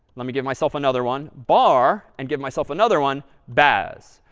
let me give myself another one, bar, and give myself another one, baz.